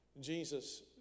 jesus